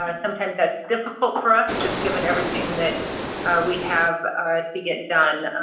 ah sometimes that's difficult for us just given everything that we have to get done.